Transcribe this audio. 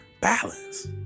balance